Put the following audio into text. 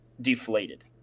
deflated